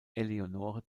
eleonore